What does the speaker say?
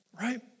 Right